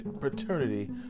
paternity